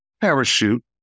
parachute